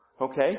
Okay